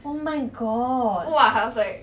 oh my god